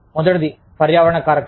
మొదటిది పర్యావరణ కారకాలు